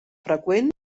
freqüents